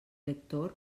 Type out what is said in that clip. lector